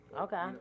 Okay